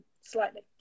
slightly